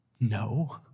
No